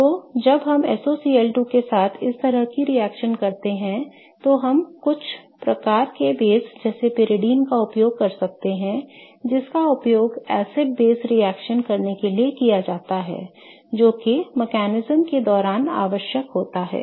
तो जब हम SOCl2 के साथ इस तरह की रिएक्शन करते हैं तो हम कुछ प्रकार के बेस जैसे pyridine का भी उपयोग करते हैं जिसका उपयोग एसिड बेस रिएक्शन करने के लिए किया जाता है जो कि तंत्र के दौरान आवश्यक होता है